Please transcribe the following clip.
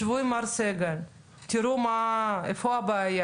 שבו עם מר סגל, תראו איפה הבעיה.